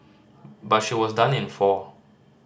but she was done in four